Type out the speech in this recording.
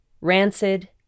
rancid